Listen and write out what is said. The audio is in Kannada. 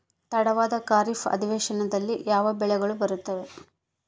ತಡವಾದ ಖಾರೇಫ್ ಅಧಿವೇಶನದಾಗ ಯಾವ ಬೆಳೆಗಳು ಬರ್ತಾವೆ?